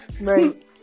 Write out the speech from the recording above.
Right